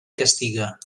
castiga